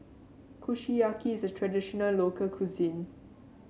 kushiyaki is a traditional local cuisine